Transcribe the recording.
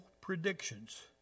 predictions